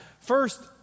First